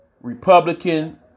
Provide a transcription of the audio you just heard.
Republican